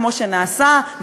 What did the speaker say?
כמו שנעשה,